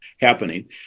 happening